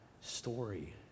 story